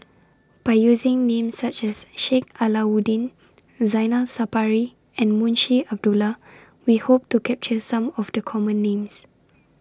By using Names such as Sheik Alau'ddin Zainal Sapari and Munshi Abdullah We Hope to capture Some of The Common Names